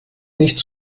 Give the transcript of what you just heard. nicht